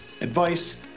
advice